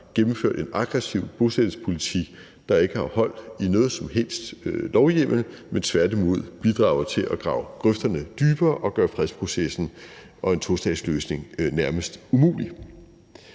gennemført en aggressiv bosættelsespolitik, der ikke har hold i nogen som helst lovhjemmel, men tværtimod bidrager til at grave grøfterne dybere og gøre fredsprocessen og en tostatsløsning nærmest umulig.